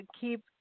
keep